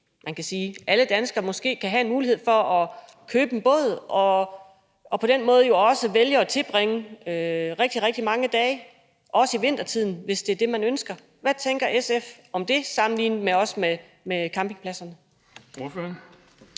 Alle danskere kan måske have en mulighed for at købe en båd og på den måde jo også vælge at tilbringe rigtig, rigtig mange dage, også i vintertiden, hvis det er det, man ønsker. Hvad tænker SF om det sammenlignet også med campingpladserne?